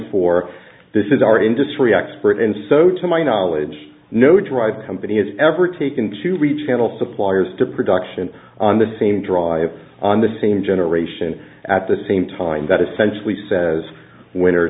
for this is our industry expert and so to my knowledge no drive company has ever taken to rechannel suppliers to production on the same drive on the same generation at the same time that essentially says winner